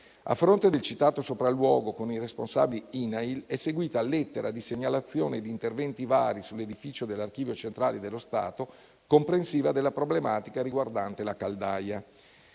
A fronte del citato sopralluogo con i responsabili INAIL, sono seguiti lettera di segnalazione e interventi vari sull'edificio dell'Archivio centrale dello Stato, comprensiva della problematica riguardante la caldaia.